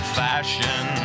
fashion